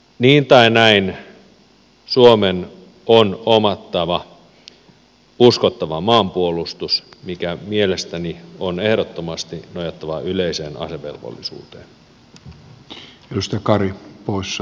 niin tai näin suomen on omattava uskottava maanpuolustus jonka on mielestäni ehdottomasti nojattava yleiseen asevelvollisuuteen